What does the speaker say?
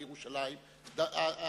בירושלים,